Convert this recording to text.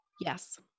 Yes